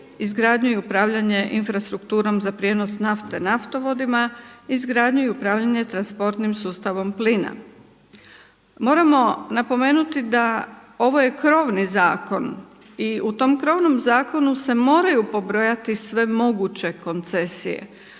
izgradnju i upravljanje infrastrukturom za prijenos nafte naftovodima, izgradnju i upravljanje transportnim sustavom plina. Moramo napomenuti da ovo je krovni zakon i u tom krovnom zakonu se moraju pobrojati sve moguće koncesije,